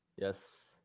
Yes